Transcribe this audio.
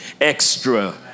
extra